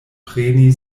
preni